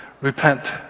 Repent